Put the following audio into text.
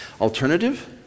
Alternative